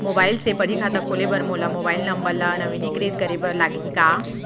Mobile से पड़ही खाता खोले बर मोला मोबाइल नंबर ल नवीनीकृत करे बर लागही का?